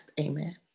Amen